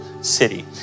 city